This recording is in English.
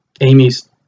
amy's